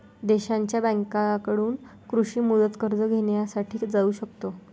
देशांच्या बँकांकडून कृषी मुदत कर्ज घेण्यासाठी जाऊ शकतो